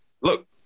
Look